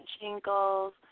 shingles